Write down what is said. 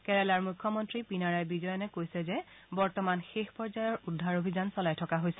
কেৰালাৰ মুখ্যমন্ত্ৰী পীনাৰায় বিজয়নে কৈছে যে বৰ্তমান শেষ পৰ্যায়ৰ উদ্ধাৰ অভিযান চলাই থকা হৈছে